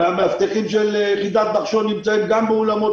המאבטחים של יחידת נחשון נמצאים גם באולמות